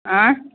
आँय